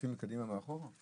מחליפים מקדימה, מאחורה?